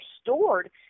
stored